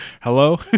Hello